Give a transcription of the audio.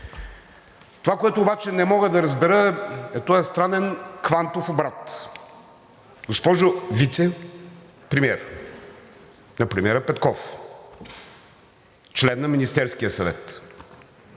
Онова, което обаче не мога да разбера, е този странен квантов обрат. Госпожо Вицепремиер на премиера Петков, член на Министерския съвет,